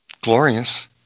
glorious